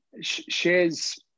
shares